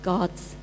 God's